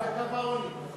בקו העוני.